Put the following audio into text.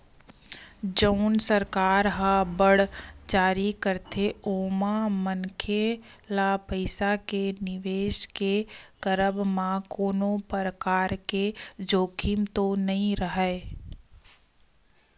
जउन सरकार ह बांड जारी करथे ओमा मनखे ल पइसा के निवेस के करब म कोनो परकार के जोखिम तो नइ राहय